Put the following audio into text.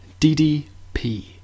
ddp